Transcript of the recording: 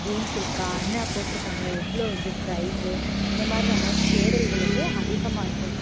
games இருக்கா என்ன போட்ருக்காங்கள் எவ்வளோ இது ப்ரைஸ்ஸு இந்தமாதிரி நம்ம தேடல்கள் வந்து அதிகமாக இருக்கும்